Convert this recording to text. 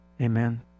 Amen